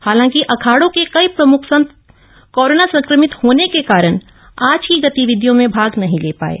हालांकि अखाहों के कई प्रमुख संत कोरोन संक्रमित होने के कारण आज की गतिविधियों में भाग नहीं ले पाये